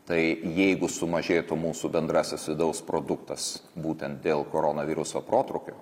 tai jeigu sumažėtų mūsų bendrasis vidaus produktas būtent dėl koronaviruso protrūkio